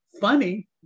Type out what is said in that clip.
funny